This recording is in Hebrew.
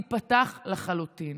תיפתח לחלוטין,